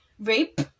Rape